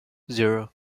zero